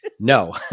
No